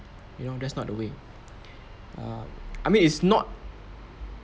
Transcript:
you know that's not the way err I mean it's not